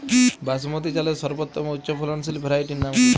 বাসমতী চালের সর্বোত্তম উচ্চ ফলনশীল ভ্যারাইটির নাম কি?